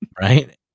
right